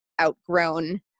outgrown